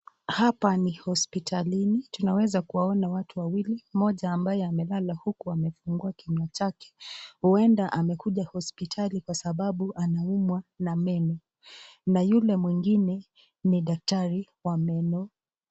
Hapa ni hospitalini Tunaeza kuona watu wawili. Mmoja ambaye amelala huku amefungua kinywa chake huenda amekuja hospitali maana anaumwa na meno, na yule mwingine ni daktari wa meno.